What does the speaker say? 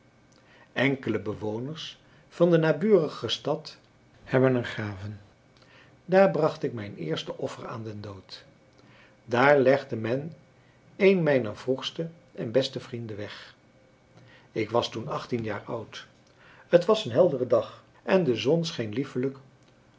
enkele bewoners van de naburige stad hebben er graven daar bracht ik mijn eerste offer aan den dood daar legde men een mijner vroegste en beste vrienden weg ik was toen achttien jaar oud het was een heldere dag en de zon scheen liefelijk